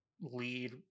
lead